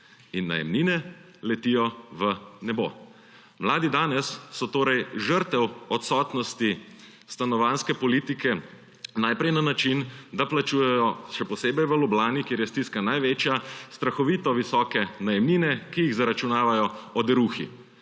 najemnine letijo v nebo. Mladi danes so torej žrtev odsotnosti stanovanjske politike najprej na način, da plačujejo, še posebej v Ljubljani, kjer je stiska največja, strahovito visoke najemnine, ki jih zaračunavajo oderuhi.